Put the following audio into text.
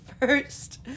first